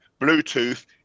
Bluetooth